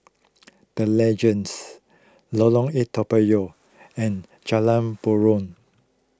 the Legends Lorong eight Toa Payoh and Jalan Buroh